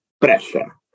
pressure